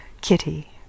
Kitty